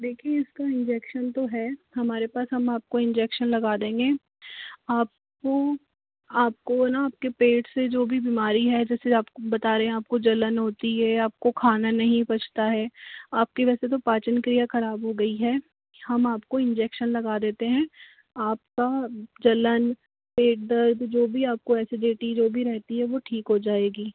देखिये इस का इन्जेक्शन तो है हमारे पास हम आपको इन्जेक्शन लगा देंगे आपको आपको ना आपके पेट से जो भी बिमारी है जैसे आपको बता रहे है आपको जलन होती है आपको खाना नहीं पचता है आपके वैसे तो पाचन क्रिया खराब हो गयी है हम आपको इंजेक्शन लगा देते हैं आपका जलन पेट दर्द जो भी आपको एसिडिटी जो भी रहती है वो ठीक हो जाएगी